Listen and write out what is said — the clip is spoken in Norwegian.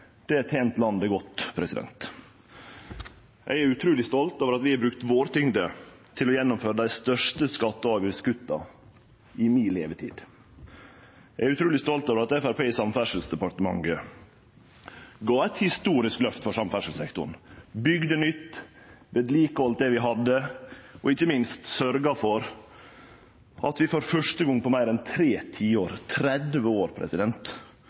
Det har tent landet godt. Eg er utruleg stolt over at vi har brukt vår tyngde til å gjennomføre dei største skatte- og avgiftskutta i mi levetid. Eg er utruleg stolt over at Framstegspartiet i Samferdselsdepartementet gav eit historisk løft for samferdselssektoren, bygde nytt, heldt ved like det vi hadde, og ikkje minst sørgde for at vi for første gong på meir enn tre tiår – 30 år